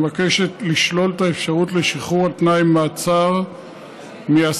מבקשת לשלול את האפשרות לשחרור על תנאי ממאסר מאסירים